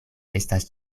estas